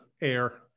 air